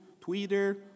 Twitter